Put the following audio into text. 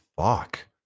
fuck